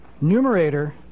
numerator